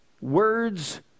words